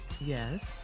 Yes